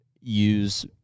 use